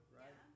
right